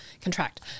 contract